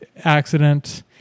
accident